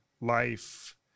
life